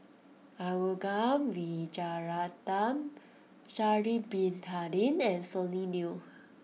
Arumugam Vijiaratnam Sha'ari Bin Tadin and Sonny Liew